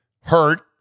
hurt